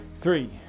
three